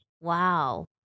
Wow